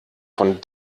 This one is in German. von